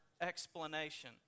explanation